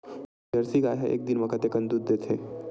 Jersey गाय ह एक दिन म कतेकन दूध देथे?